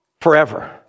forever